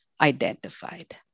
identified